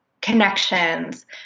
connections